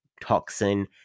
Toxin